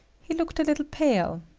he looked a little pale.